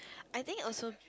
I think also